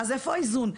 אז איפה האיזון?